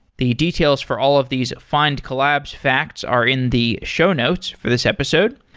the details for all of these findcollabs facts are in the show notes for this episode.